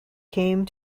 came